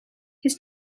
his